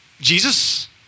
Jesus